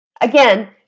Again